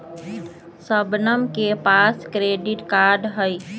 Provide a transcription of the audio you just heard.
शबनम के पास credit card हई